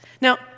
Now